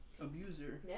abuser